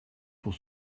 pour